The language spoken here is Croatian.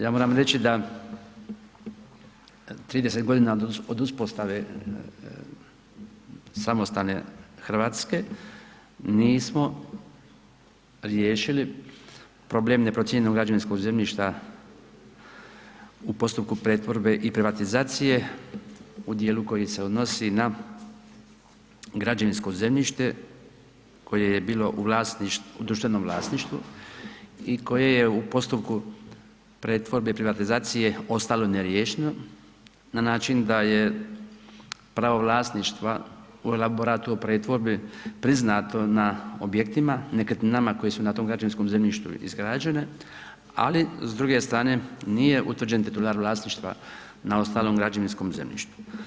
Ja moram reći da 30 godina od uspostave samostalne Hrvatske nismo riješili problem neprocijenjenog građevinskog zemljišta u postupku pretvorbe i privatizacije u dijelu koji se odnosi na građevinsko zemljište koje je bilo u državnom vlasništvu i koje je u postupku pretvorbe i privatizacije ostalo neriješeno na način da je pravo vlasništva u elaboratu o pretvorbi priznato na objektima, nekretninama koje su na tom građevinskom zemljištu izgrađene, ali s druge strane, nije utvrđen ... vlasništva na ostalom građevinskom zemljištu.